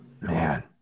Man